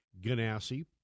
Ganassi